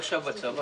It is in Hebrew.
ירים את ידו,